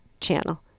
channel